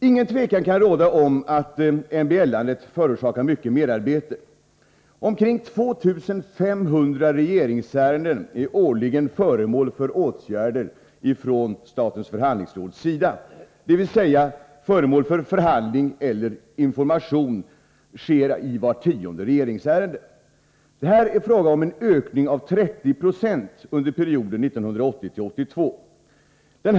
Ingen tvekan kan råda om att MBL-förfarandet förorsakar mycket merarbete. Omkring 2 500 regeringsärenden är årligen föremål för åtgärder från statens förhandlingsråds sida, dvs. att förhandling eller information sker i vart tionde regeringsärende. Det är fråga om en ökning med 30 90 under perioden 1980-1982.